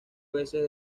veces